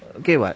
okay [what]